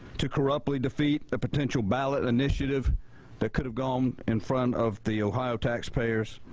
to corruptly defeat the potential ballot initiative that could've gone in front of the ohio taxpayers.